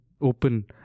open